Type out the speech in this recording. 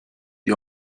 die